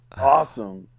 awesome